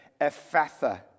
Ephatha